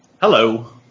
Hello